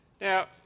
Now